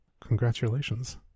congratulations